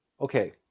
Okay